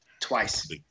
twice